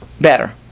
better